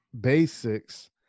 basics